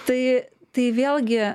tai tai vėlgi